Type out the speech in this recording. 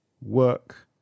work